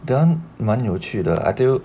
that [one] 蛮有趣的 I tell you